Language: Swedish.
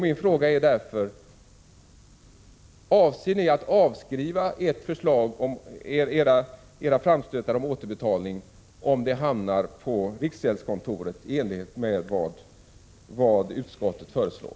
Min fråga är därför: Avser ni att avskriva era framstötar om återbetalning om pengarna hamnar på riksgäldskontoret i enlighet med vad utskottet föreslår?